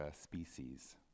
species